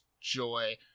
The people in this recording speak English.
joy